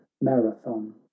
marathon